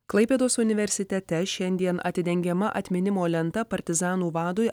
klaipėdos universitete šiandien atidengiama atminimo lenta partizanų vadui